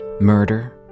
murder